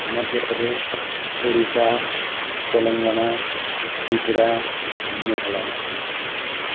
Madhya Pradesh Odisha Telangana Tripura Meghalaya